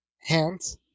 hands